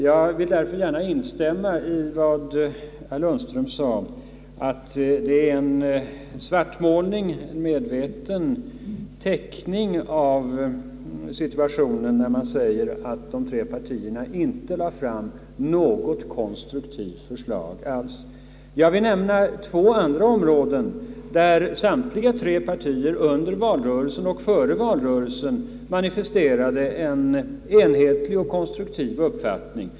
Jag vill därför gärna instämma i vad herr Lundström sade att det är en svartmålning, en medveten felteckning av situationen, när man säger att de tre partierna inte lade fram något konstruktivt förslag alls. Jag vill nämna två andra områden där samtliga tre partier både under och före valrörelsen manifesterade en enhetlig och konstruktiv uppfattning.